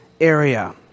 area